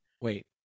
wait